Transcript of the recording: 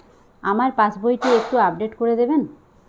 আমার পাসবই টি একটু আপডেট করে দেবেন?